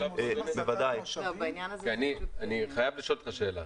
אני חייב לשאול אותך שאלה,